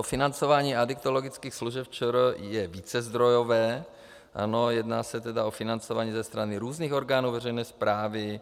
Financování adiktologických služeb ČR je vícezdrojové, jedná se tedy o financování ze strany různých orgánů veřejné správy.